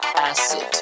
acid